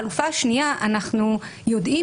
לגבי החלופה השנייה אנחנו יודעים